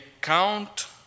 count